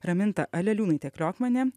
raminta aleliūnaitė kliokmanė